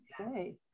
Okay